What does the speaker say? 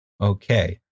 Okay